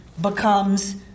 becomes